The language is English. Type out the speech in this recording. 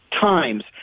times